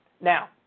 Now